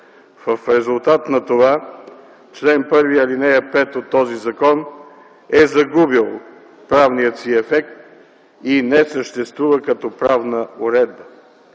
В резултат на това, чл. 1, ал. 5 от този закон е загубил правния си ефект и не съществува като правна уредба.